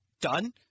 Done